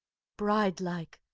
bride-like,